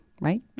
right